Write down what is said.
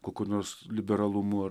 kokiu nors liberalumu ar